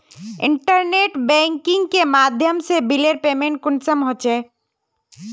Internet banking के माध्यम से बिलेर पेमेंट कुंसम होचे?